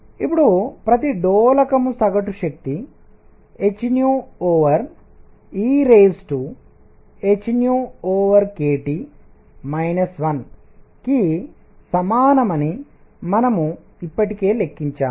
ఇప్పుడు ప్రతి డోలకం సగటు శక్తి hehkT 1కి సమానమని మనము ఇప్పటికే లెక్కించాము